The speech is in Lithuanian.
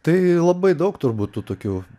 tai labai daug turbūt tų tokių